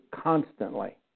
constantly